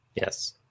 Yes